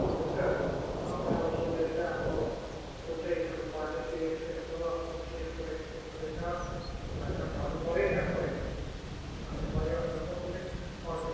हुन्छ उनीहरूरलाई सोधेर चाहिँ अब कुन चाहिँ स्कुल पढ्ने के यस्तो यस्तो अब कुन चाहिँ यस्तो रहेछ त्यस्तो रहेछ भनेर भन्नु पऱ्यो नि अब है भन्नु पऱ्यो अन्त कुन कुन स्कुल पढ्ने